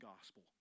gospel